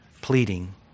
pleading